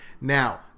Now